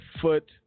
foot